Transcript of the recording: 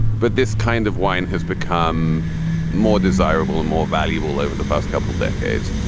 but this kind of wine has become more desirable and more valuable over the past couple decades.